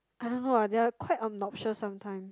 I don't know ah they are quite obnoxious sometimes